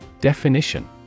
Definition